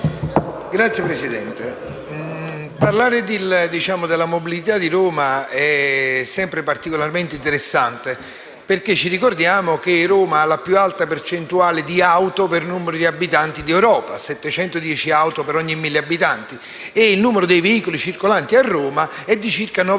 Signor Presidente, parlare della mobilità di Roma è sempre particolarmente interessante, perché va ricordato che questa città ha la più alta percentuale di automobili per numero di abitanti in Europa, esistendo 710 automobili per ogni 1.000 abitanti. Il numero dei veicoli circolanti a Roma è di circa 930